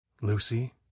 Lucy